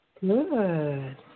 Good